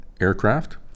aircraft